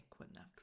equinox